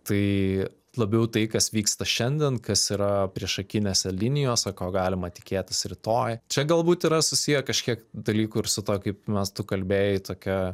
tai labiau tai kas vyksta šiandien kas yra priešakinėse linijose ko galima tikėtis rytoj čia galbūt yra susiję kažkiek dalykų ir su tuo kaip mes tu kalbėjai tokia